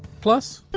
plus